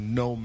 no